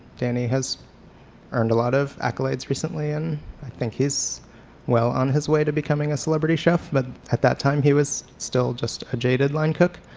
danny has earned a lot of accolades recently and i think he's well on his way to becoming a celebrity chef, but at that time he was still just a jaded line cook.